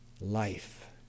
Life